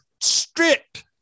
strict